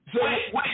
wait